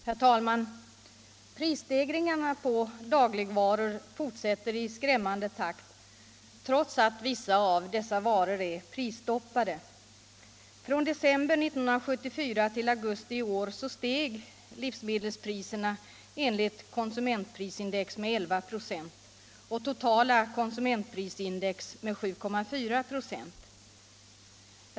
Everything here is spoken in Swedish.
Herr talman! Prisstegringarna på dagligvaror fortsätter i skrämmande takt trots att vissa av dessa varor är prisstoppade. Från december 1974 till augusti i år steg livsmedelspriserna enligt konsumentprisindex med 11 96 och totala konsumentprisindex med 7,5 26.